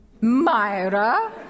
Myra